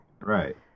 right